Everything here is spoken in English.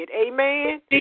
Amen